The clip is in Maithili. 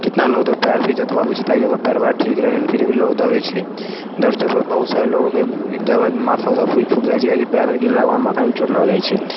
कितना लोग तऽ पयर भी जँतबौबै छै ताकि ओकरा पयर वैर ठीक रहै फिर भी लोग दौड़ै छै दौड़ते वक्त बहुत सारा लोगोंके माथा उथा भी फूटि जाइ छै काहेकि पयरमे गिरलाके बाद माथामे भी चोट लगि जाइ छै